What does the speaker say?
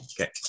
Okay